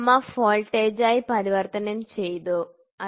F വോൾട്ടേജായി പരിവർത്തനം ചെയ്തു ശരി